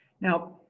Now